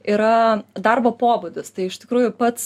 yra darbo pobūdis tai iš tikrųjų pats